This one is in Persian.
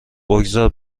بگذار